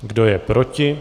Kdo je proti?